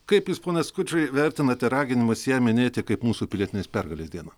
kaip jūs pone skučai vertinate raginimus ją minėti kaip mūsų pilietinės pergalės dieną